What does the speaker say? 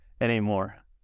anymore